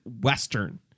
western